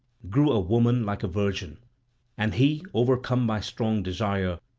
grew a woman like a virgin and he, overcome by strong desire,